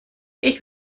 ich